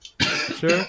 Sure